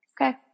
Okay